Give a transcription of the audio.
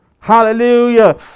Hallelujah